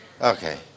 Okay